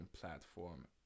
platform